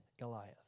Goliath